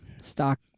stock